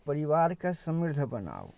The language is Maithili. परिवारकेँ समृद्ध बनाउ